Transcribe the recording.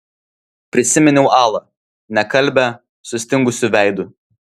prisiminiau alą nekalbią sustingusiu veidu